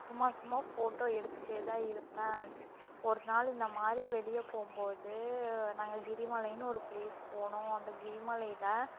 சும்மா சும்மா ஃபோட்டோ எடுத்துகிட்டேதான் இருப்பேன் ஒரு நாள் இந்தமாதிரி வெளிய போகும்போது நாங்கள் கிரிமலையினு ஒரு பிளேஸ் போனோம் அந்த கிரிமலையில்